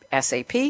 SAP